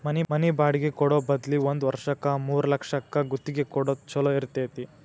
ಮನಿ ಬಾಡ್ಗಿ ಕೊಡೊ ಬದ್ಲಿ ಒಂದ್ ವರ್ಷಕ್ಕ ಮೂರ್ಲಕ್ಷಕ್ಕ ಗುತ್ತಿಗಿ ಕೊಡೊದ್ ಛೊಲೊ ಇರ್ತೆತಿ